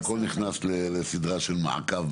והכל נכנס לסדרה של מעקב,